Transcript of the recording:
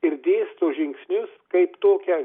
ir dėsto žingsnius kaip tokią